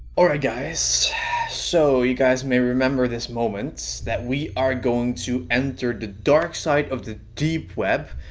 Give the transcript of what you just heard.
alright guys so you guys may remember this moment that we are going to enter the dark side of the deep web?